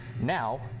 now